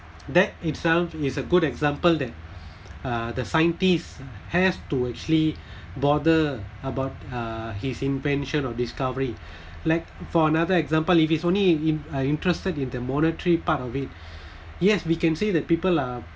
that itself is a good example that uh the scientists has to actually bother about uh his invention or discovery like for another example if he's only in uh interested in their monetary part of it yes we can say that people uh